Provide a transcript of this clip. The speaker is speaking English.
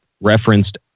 referenced